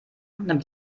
damit